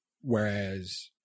Whereas